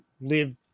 live